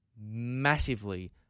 massively